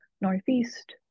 Northeast